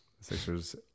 sixers